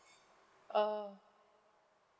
oh